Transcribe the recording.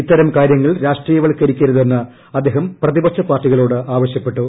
ഇത്തരം കാര്യങ്ങൾ രാഷ്ട്രീയവത്ക്കരിക്കരുതെന്ന് അദ്ദേഹം പ്രതിപക്ഷ പാർട്ടികളോട് ആവശ്യപ്പെട്ടു